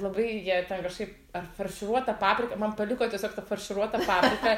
labai jie ten kažkaip farširuota paprika man paliko tiesiog ta farširuota paprika